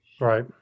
Right